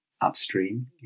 upstream